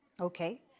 Okay